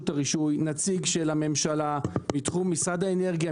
הרישוי נציג של הממשלה מתחום משרד האנרגיה,